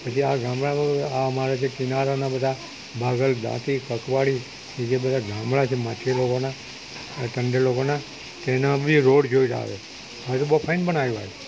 પછી આ ગામડા અમારે જે કિનારાના બધા બાંઘલ દાંતી પકવાળી કે જે બધાં ગામડાં છે માછી રવોના એ ટંડેલ લોકોના તેના બી રોડ જેવો જ આવે હવે તો બહુ ફાઇન બનાવ્યો